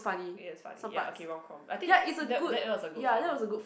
it gets funny ya okay romcom I think that that was a good film